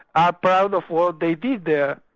are proud of what they did there,